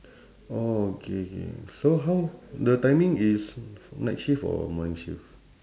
orh K K so how the timing is night shift or morning shift